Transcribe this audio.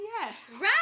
yes